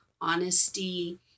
honesty